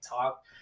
talk